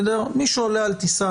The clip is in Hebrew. מי שעולה היום על טיסה